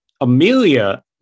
Amelia